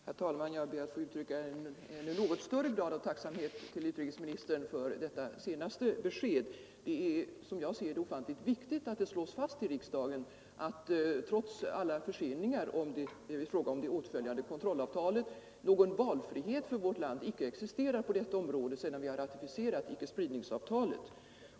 Herr talman! Jag ber att få uttrycka en något större grad av tacksamhet för utrikesministerns senaste besked. Det är, som jag ser det, ofantligt viktigt att det slås fast i riksdagen att trots alla förseningar i fråga om det åtföljande kontrollavtalet någon valfrihet för vårt land icke existerar på detta område sedan vi har ratificerat icke-spridningsavtalet.